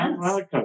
Welcome